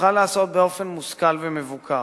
צריכה להיעשות באופן מושכל ומבוקר.